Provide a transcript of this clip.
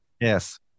yes